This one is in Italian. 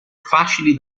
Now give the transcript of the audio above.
facili